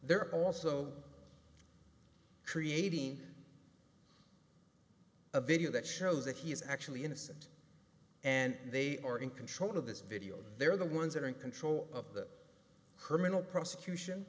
there also creating a video that shows that he is actually innocent and they are in control of this video they're the ones that are in control of that her mental prosecution